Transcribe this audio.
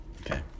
Okay